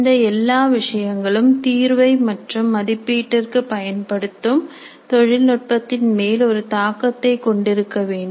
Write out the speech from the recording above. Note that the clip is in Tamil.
இந்த எல்லா விஷயங்களும் தீர்வை மற்றும் மதிப்பீட்டிற்கு பயன்படுத்தும் தொழில் நுட்பத்தின் மேல் ஒரு தாக்கத்தை கொண்டிருக்க வேண்டும்